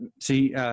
see